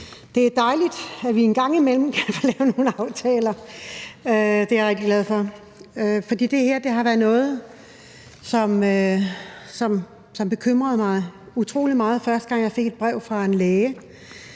Det er dejligt, at vi en gang imellem kan få lavet nogle aftaler. Det er jeg rigtig glad for, for det her har været noget, som har bekymret mig utrolig meget fra den første gang, jeg fik et brev fra en læge,